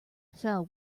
fell